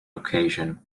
occasion